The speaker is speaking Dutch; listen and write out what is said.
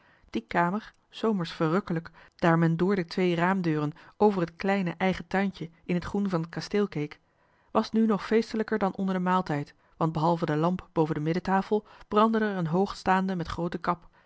die kamer s zomers verrukkelijk daar men door de twee raamdeuren over het kleine eigen tuintje in het groen van het kasteel keek was nu nog feestelijker dan onder den maaltijd want behalve de lamp boven de middentafel brandde er een hooge staande met groote kap